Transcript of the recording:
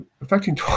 affecting